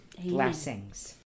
Blessings